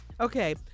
Okay